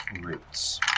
roots